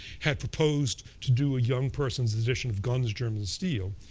had proposed to do a young person's edition of guns, germs, and steel,